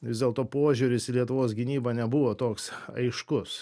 vis dėlto požiūris į lietuvos gynybą nebuvo toks aiškus